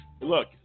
look